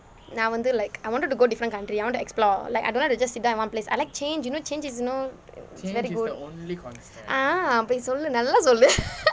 நான் வந்து:naan vanthu like I wanted to go different country I want to explore like I don't want to just sit down at one place I like change you know change is you know it's very good ah அப்படி சொல்லு நல்லா சொல்லு:appadi sollu nallaa sollu